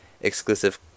Exclusive